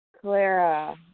Clara